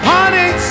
Honey